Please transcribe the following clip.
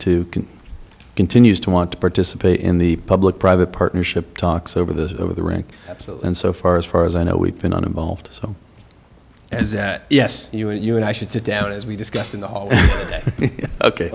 continue continues to want to participate in the public private partnership talks over the over the rank and so far as far as i know we've been on involved so is that yes you and you and i should sit down as we discussed in the hall ok